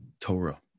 Torah